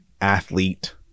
athlete